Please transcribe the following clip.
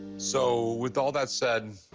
so, with all that said,